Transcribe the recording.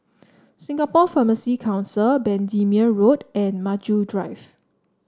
Singapore Pharmacy Council Bendemeer Road and Maju Drive